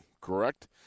correct